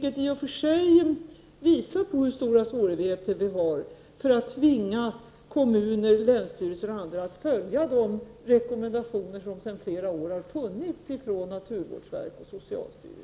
vill vi — i och för sig visar det hur stora svårigheterna är — tvinga kommuner, länsstyrelser och andra att följa de rekommendationer som naturvårdsverket och socialstyrelsen i flera år har lämnat.